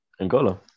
Angola